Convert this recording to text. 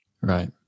Right